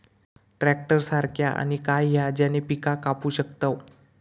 Tractor सारखा आणि काय हा ज्याने पीका कापू शकताव?